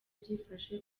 byifashe